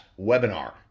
webinar